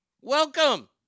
Welcome